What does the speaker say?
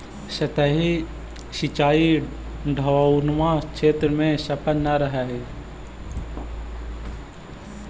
सतही सिंचाई ढवाऊनुमा क्षेत्र में सफल न रहऽ हइ